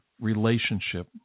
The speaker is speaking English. relationship